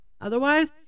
otherwise